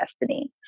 destiny